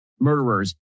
murderers